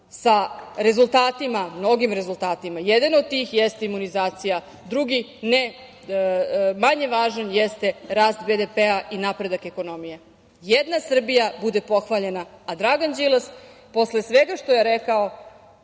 sa rezultatima, mnogim rezultatima. Jedan od njih jeste imunizacija, drugi ne manje važan jeste rast BDP i napredak ekonomije. Jedna Srbija bude pohvaljena, a Dragan Đilas posle svega što je rekao